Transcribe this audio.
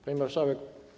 Pani Marszałek!